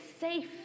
safe